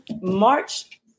March